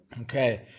Okay